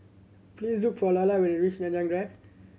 please look for when you reach Nanyang Drive